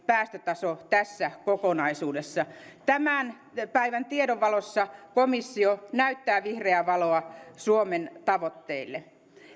päästötaso tässä kokonaisuudessa tämän päivän tiedon valossa komissio näyttää vihreää valoa suomen tavoitteille